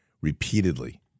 repeatedly